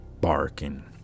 barking